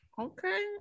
Okay